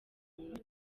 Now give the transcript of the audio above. muntu